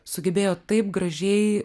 sugebėjo taip gražiai